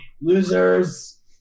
losers